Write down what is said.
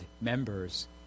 members